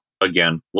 Again